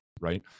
right